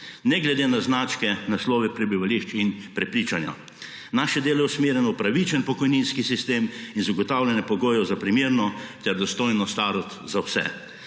ne glede na značke, naslove prebivališč in prepričanja. Naše delo je usmerjeno v pravičen pokojninski sistem in zagotavljanje pogojev za primerno ter dostojno starost za vse.